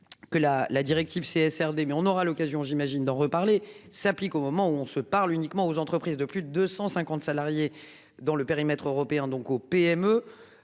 la la directive CSR des mais on aura l'occasion j'imagine d'en reparler s'applique au moment où on se parle uniquement aux entreprises de plus de 250 salariés dans le périmètre européen donc aux PME.